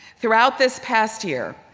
throughout this past year,